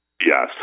Yes